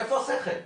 איפה השכל?